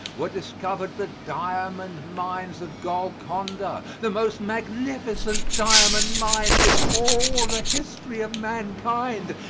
were discovered the diamond mines of golconda, the most magnificent diamond mines in all the history of mankind,